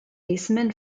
baseman